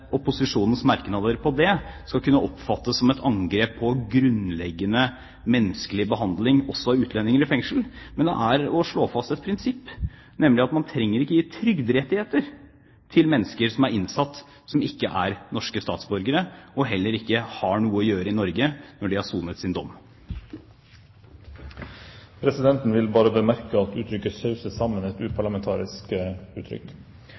opposisjonens merknader om det skal kunne oppfattes som et angrep på grunnleggende menneskelig behandling også av utlendinger i fengsel. Men det er å slå fast et prinsipp, nemlig at man ikke trenger å gi trygderettigheter til mennesker som er i fengsel, som ikke er norske statsborgere og heller ikke har noe å gjøre i Norge når de har sonet sin dom. Presidenten vil bemerke at uttrykket «sause sammen» er et uparlamentarisk uttrykk.